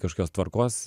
kažkokios tvarkos